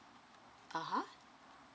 ah